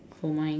for mine